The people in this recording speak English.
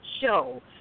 show